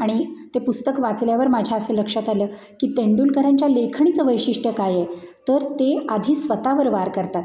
आणि ते पुस्तक वाचल्यावर माझ्या असं लक्षात आलं की तेंडुलकरांच्या लेखणीचं वैशिष्ट्य काय आहे तर ते आधी स्वतः वर वार करतात